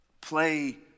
play